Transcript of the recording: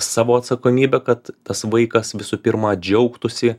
savo atsakomybę kad tas vaikas visų pirma džiaugtųsi